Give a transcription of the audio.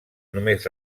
només